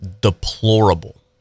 deplorable